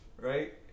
Right